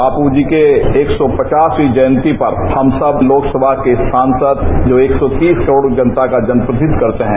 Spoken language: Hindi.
बापू जी के एक सौ पचासीवीं जयंती पर हम सब लोकसभा के सांसद जो एक सौ तीस करोड़ जनता का जनप्रतिनिधित्व करते हैं